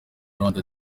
rwanda